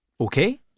Okay